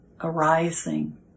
arising